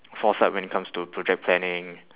foresight when it comes to project planning